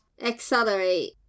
Accelerate